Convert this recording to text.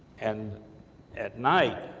and at night,